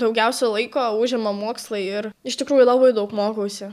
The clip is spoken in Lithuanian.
daugiausia laiko užima mokslai ir iš tikrųjų labai daug mokausi